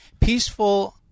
Peaceful